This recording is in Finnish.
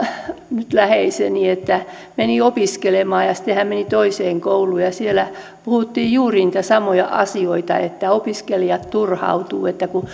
nyt läheiseni meni opiskelemaan ja sitten hän meni toiseen kouluun ja siellä puhuttiin juuri niitä samoja asioita niin että opiskelijat turhautuvat että kun